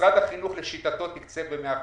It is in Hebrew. משרד החינוך לשיטתו תקצב ב-100 אחוזים,